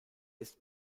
ist